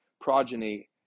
progeny